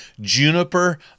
Juniper